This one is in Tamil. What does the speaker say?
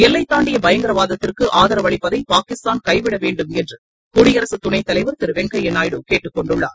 எல்லைதாண்டிய பயங்கரவாதத்திற்கு ஆதரவளிப்பதை பாகிஸ்தான் கைவிட வேண்டுமென்று குடியரசு துணைத்தலைவர் திரு வெங்கையா நாயுடு கேட்டுக் கொண்டுள்ளார்